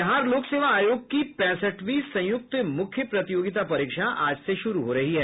बिहार लोक सेवा आयोग की पैंसठवीं संयुक्त मुख्य प्रतियोगिता परीक्षा आज से शुरू हो रही है